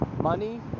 money